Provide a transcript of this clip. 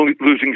losing